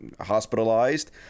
hospitalized